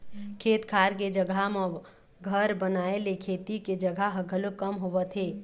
खेत खार के जघा म घर बनाए ले खेती के जघा ह घलोक कम होवत हे